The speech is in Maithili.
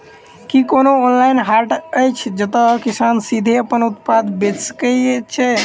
की कोनो ऑनलाइन हाट अछि जतह किसान सीधे अप्पन उत्पाद बेचि सके छै?